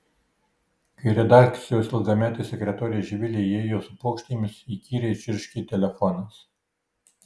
kai redakcijos ilgametė sekretorė živilė įėjo su puokštėmis įkyriai čirškė telefonas